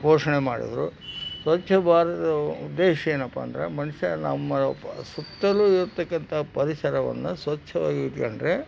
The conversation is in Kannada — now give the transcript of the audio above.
ಘೋಷಣೆ ಮಾಡಿದ್ರು ಸ್ವಚ್ಛ ಭಾರತದ ಉದ್ದೇಶ ಏನಪ್ಪ ಅಂದರೆ ಮನುಷ್ಯ ನಮ್ಮ ಸುತ್ತಲೂ ಇರ್ತಕ್ಕಂಥ ಪರಿಸರವನ್ನು ಸ್ವಚ್ಛವಾಗಿ ಇಟ್ಕೊಂಡ್ರೆ